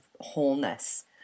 wholeness